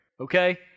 okay